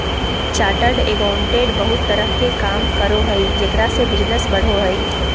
chartered accountant बहुत तरह के काम करो हइ जेकरा से बिजनस बढ़ो हइ